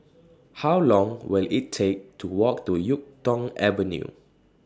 How Long Will IT Take to Walk to Yuk Tong Avenue